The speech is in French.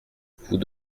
vous